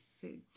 food